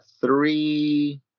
three